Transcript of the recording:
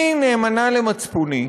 אני נאמנה למצפוני,